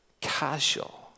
casual